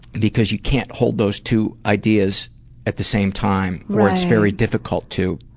because you can't hold those two ideas at the same time, or it's very difficult to.